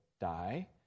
die